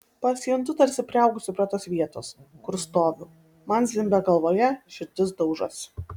pasijuntu tarsi priaugusi prie tos vietos kur stoviu man zvimbia galvoje širdis daužosi